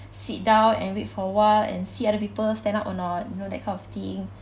sit down and wait for a while and see other people stand up or not you know that kind of thing